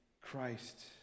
Christ